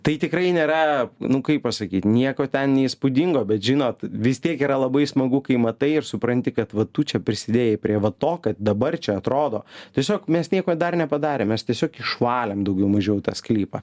tai tikrai nėra nu kaip pasakyt nieko ten įspūdingo bet žinot vis tiek yra labai smagu kai matai ir supranti kad va tu čia prisidėjai prie va to kad dabar čia atrodo tiesiog mes nieko dar nepadarėm mes tiesiog išvalėm daugiau mažiau tą sklypą